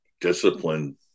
discipline